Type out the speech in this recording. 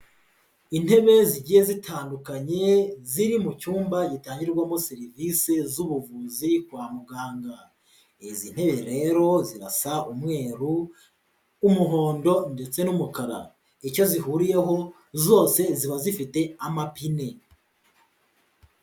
Intebe zigiye zitandukanye ziri mu cyumba gitangirwamo serivise z'ubuvuzi kwa muganga, izi ntebe rero zirasa umweru, umuhondo ndetse n'umukara, icyo zihuriyeho zose ziba zifite amapine.